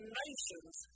nations